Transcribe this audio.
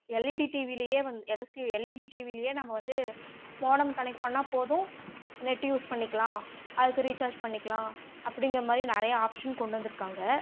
LED டிவிலேயே வந்து LC LED டிவிலேயே நம்ம வந்து மோடம் கனெக்ட் பண்ணிணா போதும் நெட்டு யூஸ் பண்ணிக்கலாம் அதுக்கு ரீசார்ஜ் பண்ணிக்கலாம் அப்படிங்குற மாதிரி நிறையா ஆப்ஷன் கொண்டு வந்திருக்காங்க